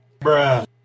Bruh